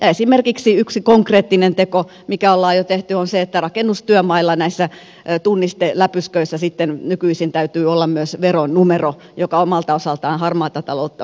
esimerkiksi yksi konkreettinen teko joka on jo tehty on se että rakennustyömailla täytyy näissä tunnisteläpysköissä nykyisin olla myös veronumero joka omalta osaltaan harmaata taloutta torjuu